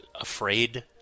afraid